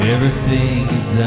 Everything's